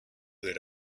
rid